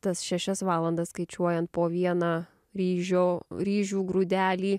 tas šešias valandas skaičiuojant po vieną ryžio ryžių grūdelį